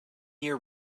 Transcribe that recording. year